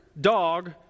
dog